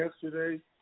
yesterday